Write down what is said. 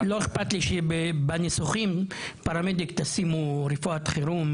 מי שקיבל תואר אקדמי ברפואה דחופה הוא מגיע ישר,